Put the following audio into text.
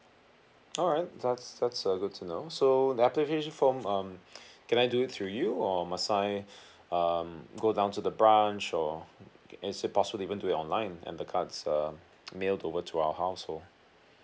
alright that's that's uh good to know so the application form um can I do it through you or must I um go down to the branch or is it possible to even do it online and the cards err mailed over to our household